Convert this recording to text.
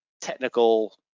technical